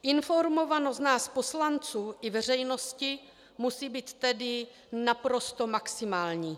Informovanost nás poslanců i veřejnosti musí být tedy naprosto maximální.